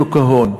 שוק ההון,